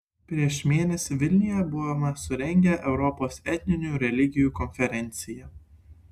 prieš mėnesį vilniuje buvome surengę europos etninių religijų konferenciją